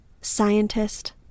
Scientist